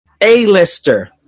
A-lister